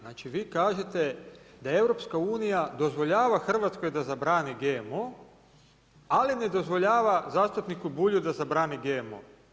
Znači, vi kažete da EU dozvoljava Hrvatskoj da zabrani GMO, ali ne dozvoljava zastupniku Bulju da zabrani GMO.